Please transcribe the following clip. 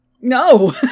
No